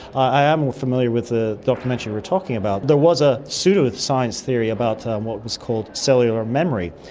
i am familiar with the documentary we're talking about. there was a pseudo-science theory about what was called cellular memory.